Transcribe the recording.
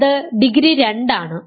അത് ഡിഗ്രി 2 ആണ്